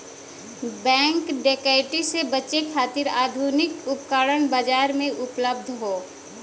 bank डकैती से बचे खातिर आधुनिक उपकरण बाजार में उपलब्ध हौ